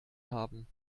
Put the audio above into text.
haben